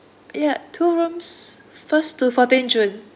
ya two rooms first to fourteen june